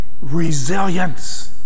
Resilience